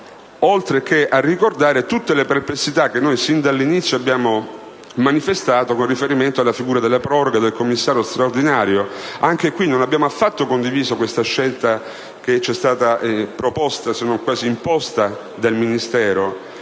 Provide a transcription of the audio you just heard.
Inoltre, ci fa ricordare tutte le perplessità che sin dall'inizio abbiamo manifestato con riferimento alla proroga della figura del Commissario straordinario. Anche in tal caso non abbiamo affatto condiviso la scelta che ci è stata proposta, se non quasi imposta, dal Ministero.